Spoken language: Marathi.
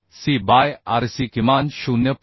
C बाय RC किमान 0